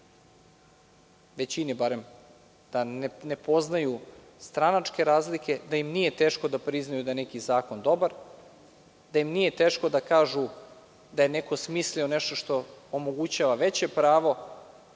su pokazali da ne poznaju stranačke razlike, da im nije teško da priznaju da je neki zakon dobar, da im nije teško da kažu da je neko smislio nešto što omogućava veće pravo,